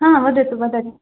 हा वदतु वदतु